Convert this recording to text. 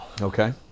okay